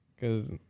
Cause